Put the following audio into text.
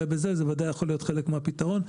זה ודאי יכול להיות חלק מהפתרון.